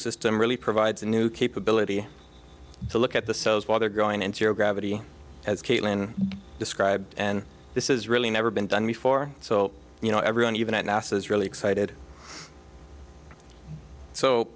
system really provides a new capability to look at the cells while they're going into your gravity as caitlin described and this is really never been done before so you know everyone even at nasa is really excited so